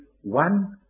one